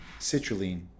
citrulline